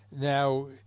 Now